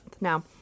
Now